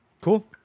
Cool